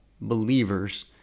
believers